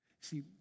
See